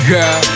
Girl